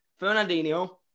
Fernandinho